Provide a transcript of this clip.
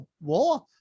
war